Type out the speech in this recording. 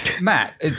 Matt